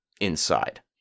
inside